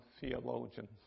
theologians